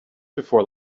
before